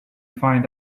find